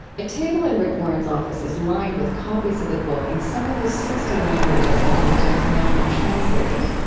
a table in rick warren's office is lined with copies of the book in some of the sixty languages into which it has now been translated.